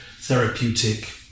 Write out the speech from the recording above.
therapeutic